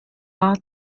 war